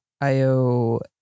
Io